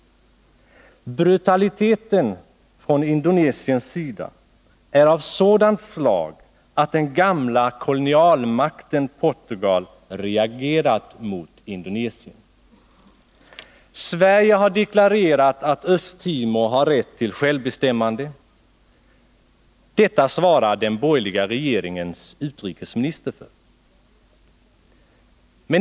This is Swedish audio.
Brutaliteten från Indonesiens sida är av sådant slag att den gamla kolonialmakten Portugal reagerat mot den. Sverige har deklarerat att Östtimor har rätt till självbestämmande. Detta svarar den borgerliga regeringens utrikesminister för.